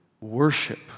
Worship